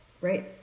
right